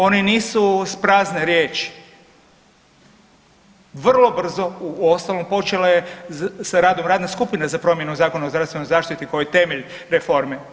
One nisu isprazne riječi, vrlo brzo vrlo brzo uostalom počela je sa radom radne skupine za promjenu Zakona o zdravstvenoj zaštiti koji je temelj reforme.